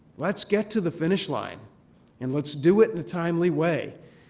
let's get to the finish line and let's do it in a timely way.